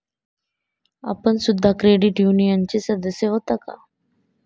आपण सुद्धा क्रेडिट युनियनचे सदस्य होता का?